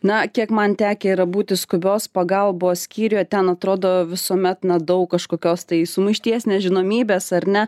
na kiek man tekę yra būti skubios pagalbos skyriuje ten atrodo visuomet na daug kažkokios tai sumaišties nežinomybės ar ne